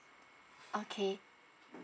okay